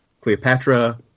Cleopatra